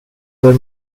their